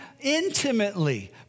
intimately